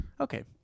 Okay